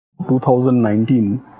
2019